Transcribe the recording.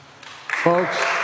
folks